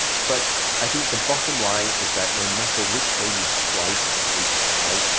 but i think the bottom line is that no matter which way you slice the sleep pie,